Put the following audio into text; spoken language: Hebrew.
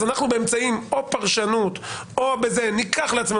אז אנחנו באמצעים או פרשנות או בזה ניקח לעצמנו